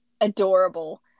adorable